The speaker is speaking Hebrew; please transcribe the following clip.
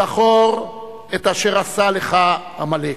"זכור את אשר עשה לך עמלק".